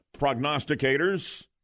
prognosticators